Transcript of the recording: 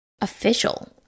official